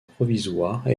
provisoire